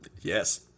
yes